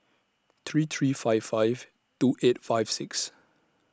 three three five five two eight five six